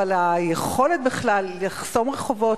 אבל היכולת בכלל לחסום רחובות,